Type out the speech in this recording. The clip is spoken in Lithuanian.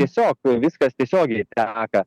tiesiog viskas tiesiogiai teka